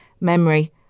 memory